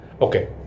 Okay